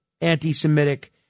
anti-semitic